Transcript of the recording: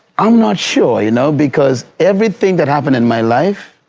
i'm not sure, you know, because everything that happened in my life,